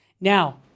Now